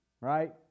right